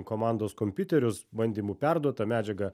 komandos kompiuterius bandymų perduot tą medžiagą